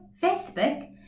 Facebook